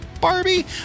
Barbie